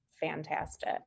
fantastic